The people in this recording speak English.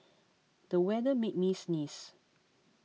the weather made me sneeze